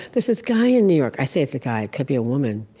there's this guy in new york. i say it's a guy. it could be a woman.